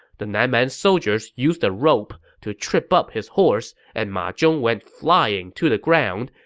the nan man soldiers used a rope to trip up his horse, and ma zhong went flying to the ground,